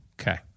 Okay